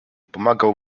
pomagał